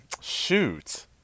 Shoot